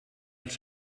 els